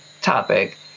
topic